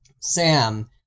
Sam